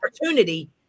opportunity